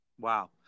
Wow